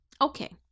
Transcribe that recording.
Okay